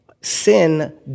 sin